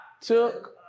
took